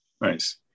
Nice